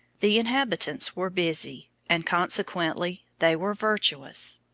the inhabitants were busy, and, consequently, they were virtuous.